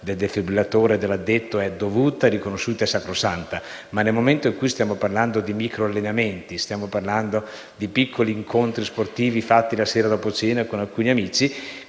del defibrillatore e dell'addetto è dovuta, riconosciuta e sacrosanta. Ma, nel momento in cui stiamo parlando di microallenamenti o di piccoli incontri sportivi fatti la sera dopo cena con alcuni amici,